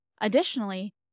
Additionally